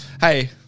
hey